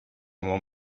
molt